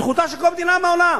זכותה של כל מדינה בעולם,